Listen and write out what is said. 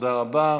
תודה רבה.